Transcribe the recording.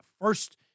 first